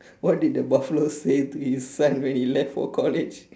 what did the buffalo say to his son when he left for college